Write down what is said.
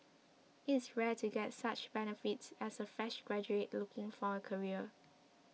it is rare to get such benefits as a fresh graduate looking for a career